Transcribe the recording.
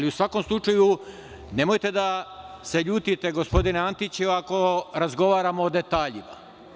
U svakom slučaju, nemojte da se ljutite gospodine Antiću, ako razgovaramo o detaljima.